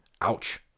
ouch